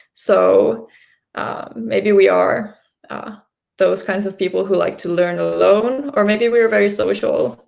so maybe we are ah those kinds of people who like to learn alone, or maybe we are very social,